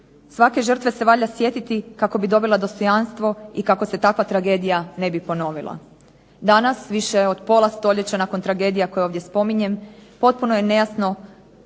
Svake žrtve se valja sjetiti kako bi dobila dostojanstvo i kako se takva tragedija ne bi ponovila. Danas više od polja stoljeća od tragedija koje ovdje spominjem, potpuno je nejasno